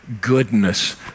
goodness